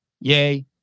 yay